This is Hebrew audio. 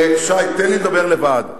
שי, תן לי לדבר לבד.